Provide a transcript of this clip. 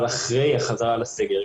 אבל אחרי החזרה מהסגר,